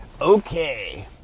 Okay